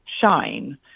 shine